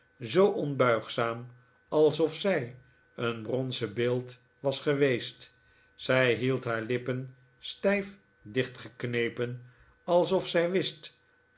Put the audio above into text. zoo onbuigzaam alsof zij een bronzen beeld was geweest zij hield haar lippen stijf dichtgeknepen alsof zij wist